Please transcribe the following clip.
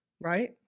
right